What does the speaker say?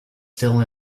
still